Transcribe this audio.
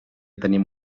tenim